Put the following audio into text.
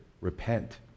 Repent